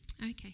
Okay